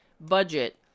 budget